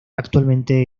actualmente